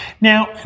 Now